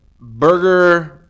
burger